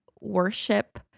worship